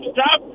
Stop